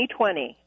2020